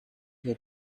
you